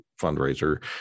fundraiser